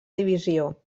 divisió